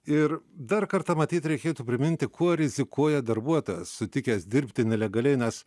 ir dar kartą matyt reikėtų priminti kuo rizikuoja darbuotojas sutikęs dirbti nelegaliai nes